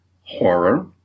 horror